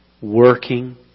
working